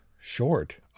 short